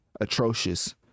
atrocious